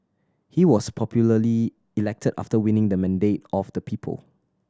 he was popularly elected after winning the mandate of the people